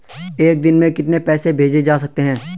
एक दिन में कितने पैसे भेजे जा सकते हैं?